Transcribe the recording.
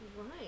Right